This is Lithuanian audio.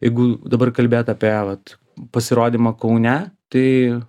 jeigu dabar kalbėt apie vat pasirodymą kaune tai